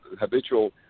habitual